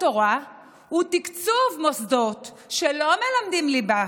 התורה הוא תקצוב מוסדות שלא מלמדים ליבה